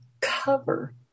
cover